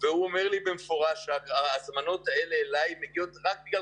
הוא אמר לי בפירוש: ההזמנות האלה מגיעות אליי רק בגלל